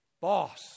Boss